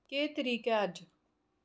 केह् तरीक ऐ अज्ज